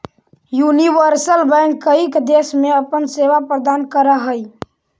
universal bank कईक देश में अपन सेवा प्रदान करऽ हइ